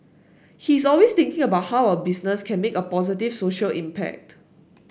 he's always thinking about how our business can make a positive social impact